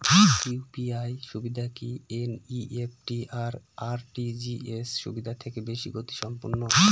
UPI সুবিধা কি NEFT আর আর.টি.জি.এস সুবিধা থেকে বেশি গতিসম্পন্ন?